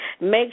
make